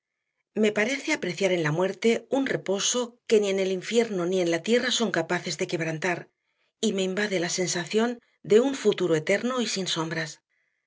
me parece apreciar en la muerte un reposo que ni el infierno ni la tierra son capaces de quebrantar y me invade la sensación de un futuro eterno y sin sombras